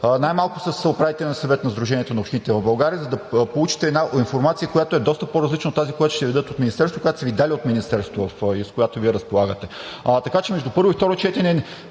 най-малкото с Управителния съвет на Сдружението на общините в България, за да получите една информация, която е доста по-различна от тази, която ще Ви дадат от Министерството, която са Ви дали от Министерството, с която Вие разполагате. Така че между първо и второ четене